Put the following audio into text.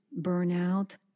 burnout